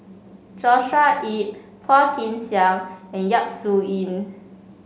Joshua Ip Phua Kin Siang and Yap Su Yin